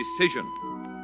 Decision